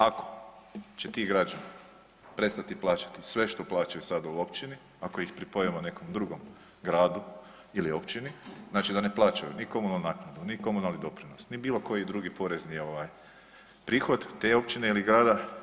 Ako će ti građani prestati plaćati sve što plaćaju sada u općini, ako ih pripojimo nekom drugom gradu ili općini, znači da ne plaćaju ni komunalnu naknadu, ni komunalni doprinos, ni bilo koji drugi porezni prihod te općine ili grada.